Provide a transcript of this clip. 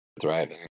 thriving